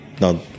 no